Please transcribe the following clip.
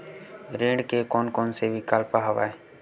ऋण के कोन कोन से विकल्प हवय?